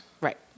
Right